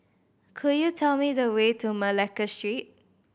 could you tell me the way to Malacca Street